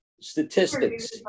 statistics